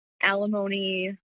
alimony